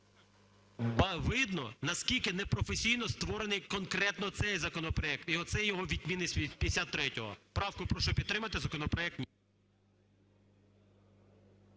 видно, наскільки не професійно створений конкретно цей законопроект. І оце його відмінність від 53-го. Правку прошу підтримати, законопроект ні.